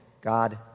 God